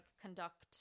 conduct